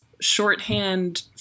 shorthand